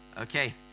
Okay